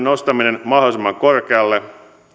nostaminen mahdollisimman korkealle